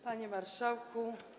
Panie Marszałku!